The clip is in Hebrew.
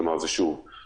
כלומר, זה בערך